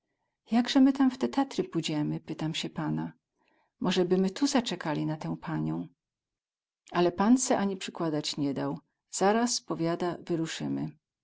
my tam w te tatry pódziemy pytam sie pana moze by my tu zacekali na tę panią ale pan se ani przykładać nie dał zaraz powiada wyrusymy